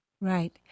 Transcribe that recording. Right